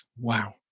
Wow